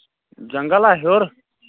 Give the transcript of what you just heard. جنٛگل ہہ ہیوٚر